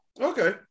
Okay